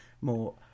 more